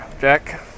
Jack